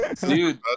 Dude